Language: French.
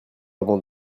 avant